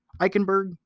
Eichenberg